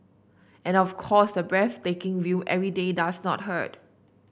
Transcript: and of course the breathtaking view every day does not hurt